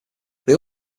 they